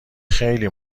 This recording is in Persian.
خیلی